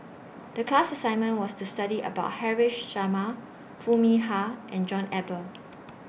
The class assignment was to study about Haresh Sharma Foo Mee Har and John Eber